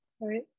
right